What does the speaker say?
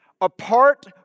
apart